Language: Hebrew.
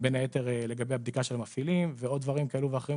בין היתר לגבי הבדיקה של המפעילים ועוד דברים כאלו ואחרים